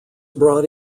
brought